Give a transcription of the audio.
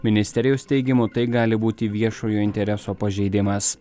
ministerijos teigimu tai gali būti viešojo intereso pažeidimas